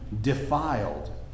defiled